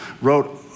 wrote